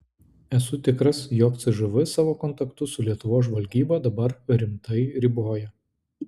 esu tikras jog cžv savo kontaktus su lietuvos žvalgyba dabar rimtai riboja